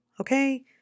okay